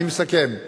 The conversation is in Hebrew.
אני מסכם.